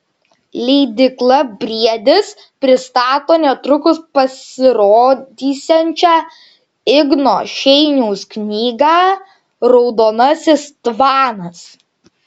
leidykla briedis pristato netrukus pasirodysiančią igno šeiniaus knygą raudonasis tvanas